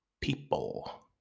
people